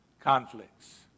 conflicts